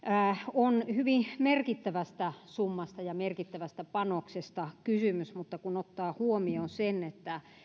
on hyvin merkittävästä summasta ja merkittävästä panoksesta kysymys mutta kun ottaa huomioon sen